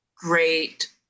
Great